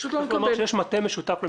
צריך לומר שיש מטה משותף למשרדים,